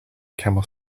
camel